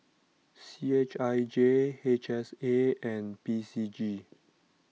C H I J H S A and P C G